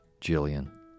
Jillian